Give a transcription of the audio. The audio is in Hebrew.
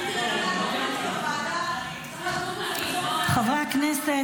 צריך לדון בזה בוועדה --- חברי הכנסת,